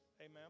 Amen